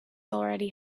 already